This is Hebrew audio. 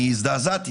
אני הזדעזעתי.